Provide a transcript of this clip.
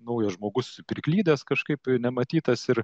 naujas žmogus priklydęs kažkaip nematytas ir